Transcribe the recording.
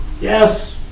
Yes